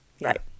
Right